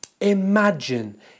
Imagine